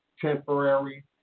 temporary